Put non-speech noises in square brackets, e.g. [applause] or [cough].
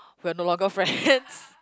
we're no longer friends [laughs]